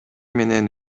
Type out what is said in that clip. менен